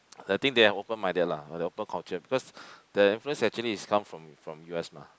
I think they are open minded lah they open culture because the influence actually is come from from U_S mah